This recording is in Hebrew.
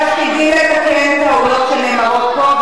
מתפקידי לתקן טעויות שנאמרות פה,